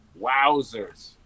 wowzers